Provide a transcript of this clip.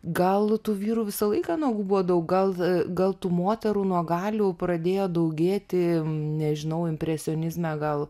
gal tų vyrų visą laiką nuogų buvo daug gal gal tų moterų nuogalių pradėjo daugėti nežinau impresionizme gal